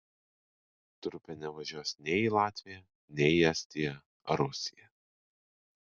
trupė nevažiuos nei į latviją nei į estiją ar rusiją